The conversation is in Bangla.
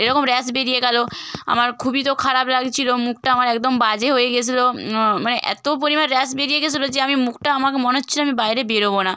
এরকম র্যাশ বেরিয়ে গেল আমার খুবই তো খারাপ লাগছিল মুখটা আমার একদম বাজে হয়ে গিয়েছিল মানে এত পরিমাণ র্যাশ বেরিয়ে গিয়েছিল যে আমি মুখটা আমাকে মনে হচ্ছে আমি বাইরে বেরবো না